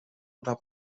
oder